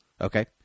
Okay